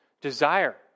desire